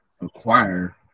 acquire